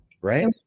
right